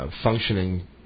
functioning